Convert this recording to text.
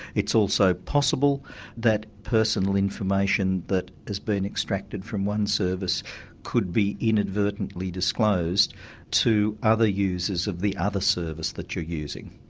it's also possible that personal information that has been extracted from one service could be inadvertently disclosed to other users of the other service that you're using,